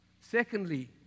Secondly